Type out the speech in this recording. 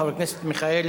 חבר הכנסת אברהם מיכאלי.